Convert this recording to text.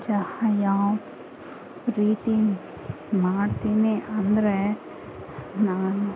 ಚಹಾ ಯಾವ ರೀತಿ ಮಾಡ್ತೀನಿ ಅಂದರೆ ನಾನು